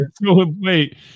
Wait